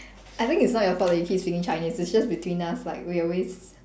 I think it's not your fault that he keeps singing chinese it's just between us like we always